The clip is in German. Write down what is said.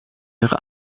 ihre